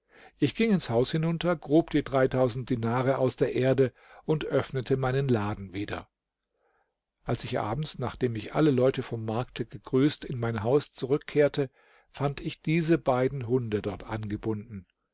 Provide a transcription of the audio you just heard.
ich ging ins haus hinunter grub die dinare aus der erde und öffnete meinen laden wieder als ich abends nachdem mich alle leute vom markte gegrüßt in mein haus zurückkehrte fand ich diese beiden hunde dort angebunden